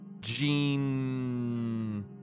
Gene